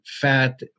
fat